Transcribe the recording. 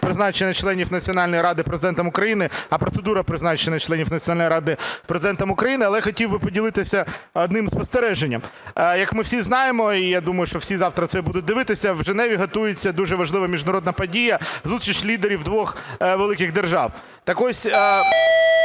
призначення членів Національної ради Президентом України, а процедура призначення членів Національної ради Президентом України. Але хотів би поділитися одним спостереженням. Як ми всі знаємо і я думаю, що всі завтра це будуть дивитися, в Женеві готується дуже важлива міжнародна подія – зустріч лідерів двох великих держав. Так ось